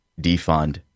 defund